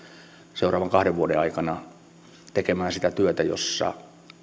seuraavan kahden vuoden aikana tekemään sitä työtä jossa